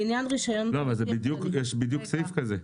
לא אבל יש בדיוק סעיף כזה.